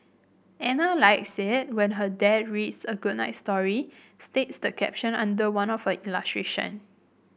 Ana likes it when her dad reads a good night story states the caption under one of the illustration